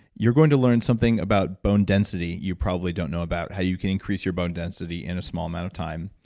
you're going to learn something about bone density you probably don't know about, how you can increase your bone density in a small amount of time.